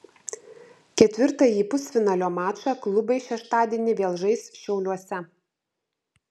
ketvirtąjį pusfinalio mačą klubai šeštadienį vėl žais šiauliuose